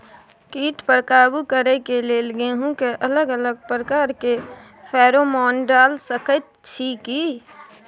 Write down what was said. कीट पर काबू करे के लेल गेहूं के अलग अलग प्रकार के फेरोमोन डाल सकेत छी की?